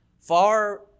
far